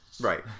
right